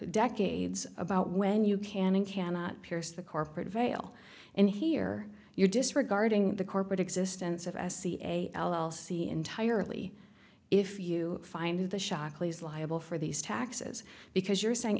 decades about when you can and cannot pierce the corporate veil and hear your disregarding the corporate existence of s c a l l c entirely if you find the shockley's liable for these taxes because you're saying